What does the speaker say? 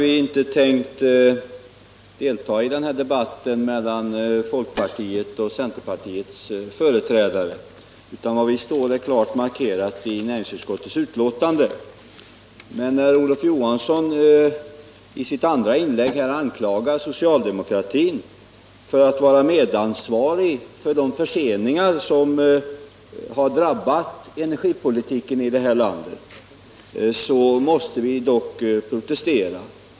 Från socialdemokratiskt håll hade vi inte tänkt delta i den här debatten mellan folkpartiets och centerpartiets företrädare — var vi står i denna fråga är klart markerat i näringsutskottets betänkande — men när Olof Johansson i sitt andra inlägg anklagade socialdemokratin för att vara medansvarig för de förseningar som har drabbat energipolitiken i det här landet, då måste vi protestera.